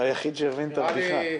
לא